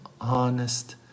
honest